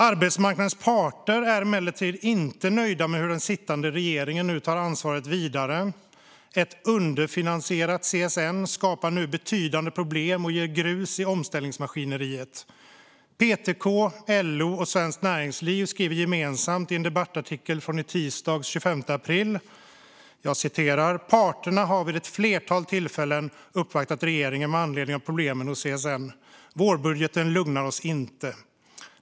Arbetsmarknadens parter är emellertid inte nöjda med hur den sittande regeringen tar ansvaret vidare. Ett underfinansierat CSN skapar nu betydande problem och ger grus i omställningsmaskineriet. PTK, LO och Svenskt Näringsliv skrev en gemensam debattartikel tisdagen den 25 april och framhöll följande: "Parterna har vid ett flertal tillfällen uppvaktat regeringen med anledning av problemen hos CSN. Vårbudgeten lugnar oss inte.